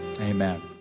Amen